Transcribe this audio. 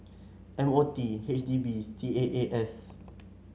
M O T H D B C A A S